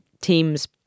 teams